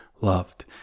loved